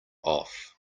off